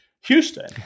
Houston